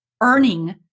earning